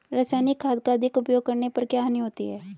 रासायनिक खाद का अधिक प्रयोग करने पर क्या हानि होती है?